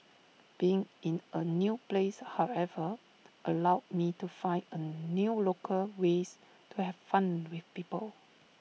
being in A new place however allowed me to find A new local ways to have fun with people